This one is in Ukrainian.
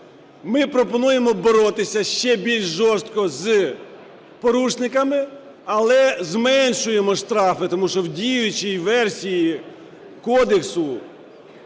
ми пропонуємо боротися ще більш жорстко з порушниками, але зменшуємо штрафи. Тому що в діючій версії кодексу